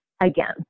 again